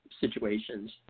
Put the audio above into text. situations